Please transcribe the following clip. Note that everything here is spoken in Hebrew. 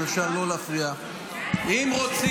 אם אפשר,